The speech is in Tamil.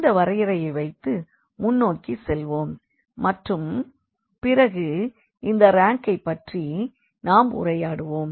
இந்த வரையறையை வைத்து முன்னோக்கி செல்வோம் மற்றும் பிறகு இந்த ரேங்கைப்பற்றி நாம் உரையாடுவோம்